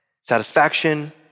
satisfaction